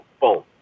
boom